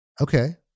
Okay